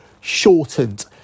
shortened